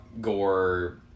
gore